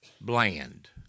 bland